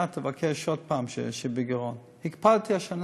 ובסוף השנה